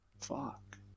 Fuck